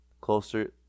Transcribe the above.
Closer